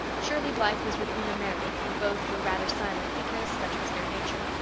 shirley blythe was with una meredith and both were rather silent because such was their nature.